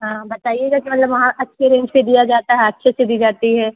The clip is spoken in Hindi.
हाँ बताइएगा कि मतलब वहाँ अच्छे रेंज पर दिया जाता है अच्छे से दी जाती है